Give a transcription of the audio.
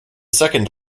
second